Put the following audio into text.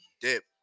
Dip